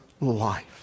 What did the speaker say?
life